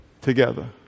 together